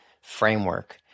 framework